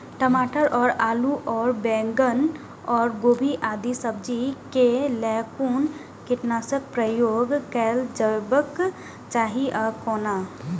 टमाटर और आलू और बैंगन और गोभी आदि सब्जी केय लेल कुन कीटनाशक प्रयोग कैल जेबाक चाहि आ कोना?